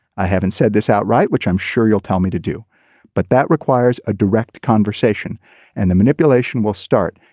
i haven't said this outright which i'm sure you'll tell me to do but that requires a direct conversation and the manipulation will start.